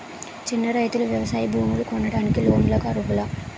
చిన్న రైతులు వ్యవసాయ భూములు కొనడానికి లోన్ లకు అర్హులా?